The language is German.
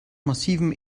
massivem